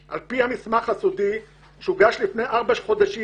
על פי המסמך הסודי שהוגש לפני ארבעה חודשים.